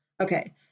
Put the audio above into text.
Okay